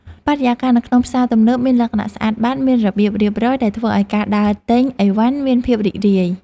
បរិយាកាសនៅក្នុងផ្សារទំនើបមានលក្ខណៈស្អាតបាតមានរបៀបរៀបរយដែលធ្វើឱ្យការដើរទិញអីវ៉ាន់មានភាពរីករាយ។